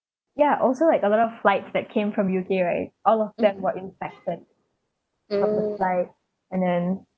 ya also like a lot of flights that came from U_K right all of them were infected on the flight and then